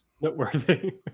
noteworthy